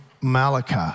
Malachi